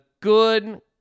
good